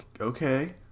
okay